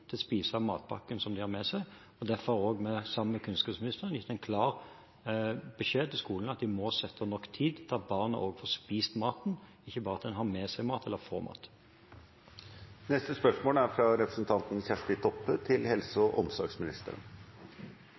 til å spise matpakken de har med seg. Derfor har vi sammen med kunnskapsministeren gitt en klar beskjed til skolene om at de må sette av nok tid til at barna får spist maten, ikke bare at en har med seg mat eller får mat.